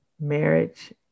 marriage